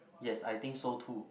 yes I think so too